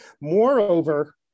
Moreover